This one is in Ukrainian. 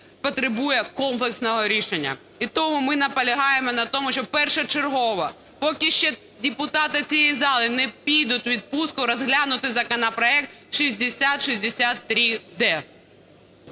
потребує комплексного рішення. І тому ми наполягаємо на тому, щоб першочергово, поки ще депутати цієї зали не підуть у відпустку, розглянути законопроект 6063-д.